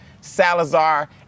Salazar